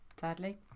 sadly